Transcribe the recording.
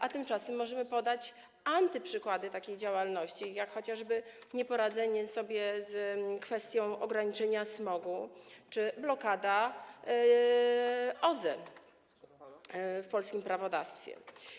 A tymczasem możemy podać antyprzykłady takiej działalności, jak chociażby nieporadzenie sobie z kwestią ograniczenia smogu czy blokada rozwoju OZE w polskim prawodawstwie.